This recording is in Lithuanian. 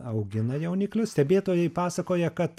augina jauniklius stebėtojai pasakoja kad